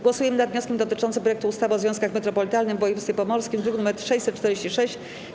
Głosujemy nad wnioskiem dotyczącym projektu ustawy o związku metropolitalnym w województwie pomorskim, druk nr 646.